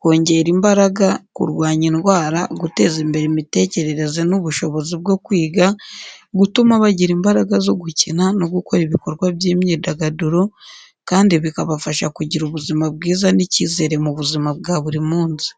kongera imbaraga, kurwanya indwara, guteza imbere imitekerereze n’ubushobozi bwo kwiga, gutuma bagira imbaraga zo gukina no gukora ibikorwa by’imyidagaduro, kandi bikabafasha kugira ubuzima bwiza n’icyizere mu buzima bwa buri munsi.